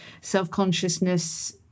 self-consciousness